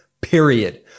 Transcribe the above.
period